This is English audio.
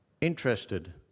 interested